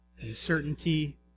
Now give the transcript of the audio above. Uncertainty